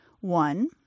One